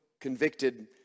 convicted